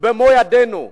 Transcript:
במו ידינו,